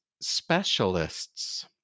specialists